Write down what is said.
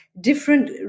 different